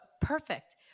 perfect